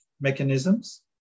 mechanisms